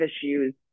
issues